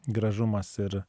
gražumas ir